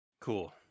cool